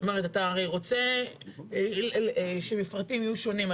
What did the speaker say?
הרי אתה רוצה שמפרטים יהיו שונים.